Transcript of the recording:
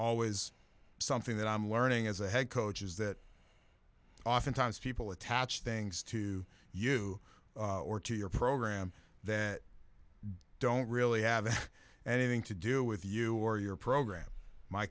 always something that i'm learning as a head coach is that oftentimes people attach things to you or to your program that you don't really have anything to do with you or your program my